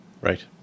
Right